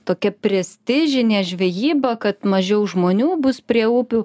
tokia prestižinė žvejyba kad mažiau žmonių bus prie upių